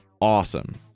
awesome